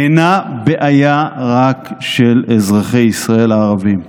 אינה בעיה רק של אזרחי ישראל הערבים.